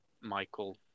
Michael